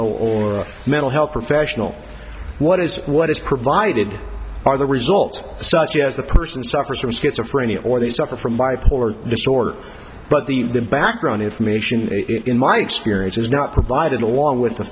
a mental health professional what is what is provided are the results such as the person suffers from schizophrenia or they suffer from bipolar disorder but the the background information in my experience is not provided along with the